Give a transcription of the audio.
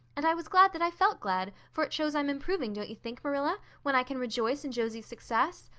and i was glad that i felt glad, for it shows i'm improving, don't you think, marilla, when i can rejoice in josie's success?